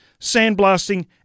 sandblasting